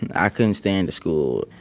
and i couldn't stand the school.